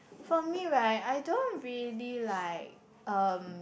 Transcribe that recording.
for me right I don't really like um